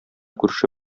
күрше